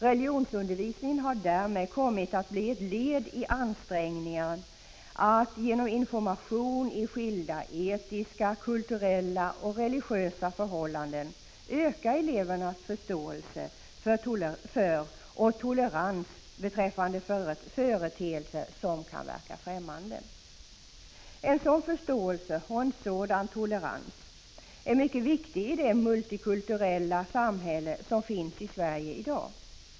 Religionsundervisningen har därmed kommit att bli ett led i ansträngningen att genom information i skilda etiska, kulturella och religiösa förhållanden öka elevernas förståelse för och tolerans beträffande företeelser som kan verka främmande. En sådan förståelse och en sådan tolerans är mycket viktiga i det multikulturella samhälle som finns i Sverige i dag.